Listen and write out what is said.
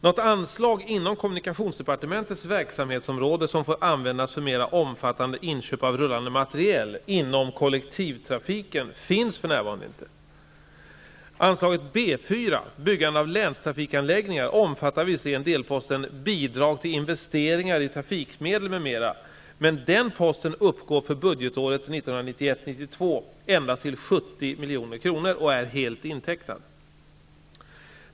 Något anslag inom kommunikationsdepartementets verksamhetsområde som får användas för mera omfattande inköp av rullande materiel inom kollektivtrafiken finns för närvarande inte. Anslaget B 4, Byggande av länstrafikanläggningar, omfattar visserligen delposten Bidrag till investeringar i trafikmedel m.m., men den posten uppgår för budgetåret 1991/92 endast till 70 milj.kr. och är helt intecknad.